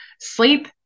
Sleep